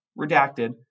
redacted